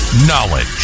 Knowledge